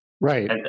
Right